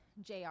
Jr